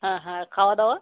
হ্যাঁ হ্যাঁ আর খাওয়া দাওয়া